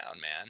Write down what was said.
man